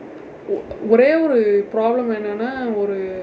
ஒரே ஒரு:ore oru problem என்னன்னா ஒரு:enannaa oru